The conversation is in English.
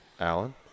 alan